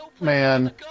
man